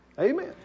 Amen